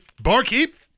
barkeep